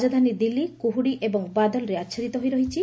ରାଜଧାନୀ ଦିଲ୍ଲୀ କୁହୁଡ଼ି ଏବଂ ବାଦଲରେ ଆଚ୍ଛାଦିତ ହୋଇ ରହିଛି